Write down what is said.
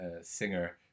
singer